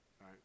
right